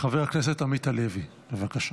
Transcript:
חבר הכנסת עמית הלוי, בבקשה.